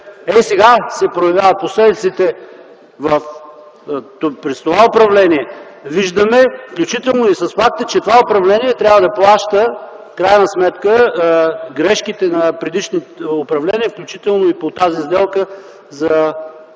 Сега се проявяват последиците. През това управление виждаме, включително и с факта, че това управление трябва да плаща в крайна сметка грешките на предишното управление, включително и по тази сделка за